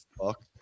fuck